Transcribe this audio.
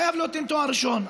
חייב להיות עם תואר ראשון.